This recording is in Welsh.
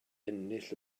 ennill